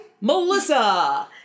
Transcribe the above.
Melissa